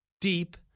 deep